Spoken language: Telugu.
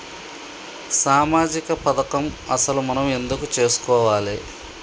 సామాజిక పథకం అసలు మనం ఎందుకు చేస్కోవాలే?